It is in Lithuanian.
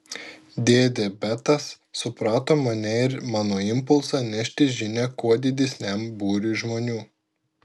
dėdė betas suprato mane ir mano impulsą nešti žinią kuo didesniam būriui žmonių